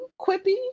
quippy